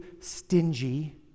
stingy